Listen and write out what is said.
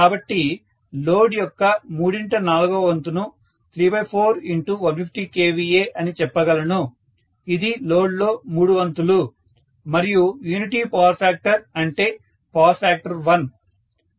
కాబట్టి లోడ్ యొక్క మూడింట నాలుగవ వంతును 34150kVA అని చెప్పగలను ఇది లోడ్ లో మూడు వంతులు మరియు యూనిటీ పవర్ ఫ్యాక్టర్ అంటే పవర్ ఫ్యాక్టర్ 1